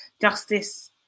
justice